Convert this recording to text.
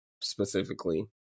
specifically